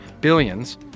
Billions